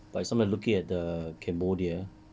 but sometimes looking at the cambodia